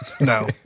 No